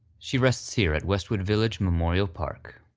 she rests here at westwood village memorial park.